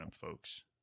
folks